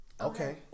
Okay